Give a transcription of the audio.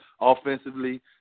Offensively